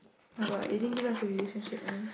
oh-my-god they didn't give us the relationship one